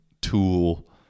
tool